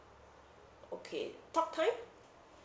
okay talk time